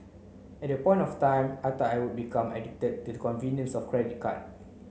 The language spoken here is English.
at that point of time I thought I would become addicted to the convenience of credit card